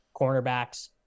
cornerbacks